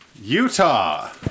Utah